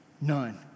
none